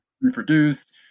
reproduce